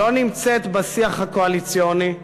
לא נמצאת בשיח הקואליציוני,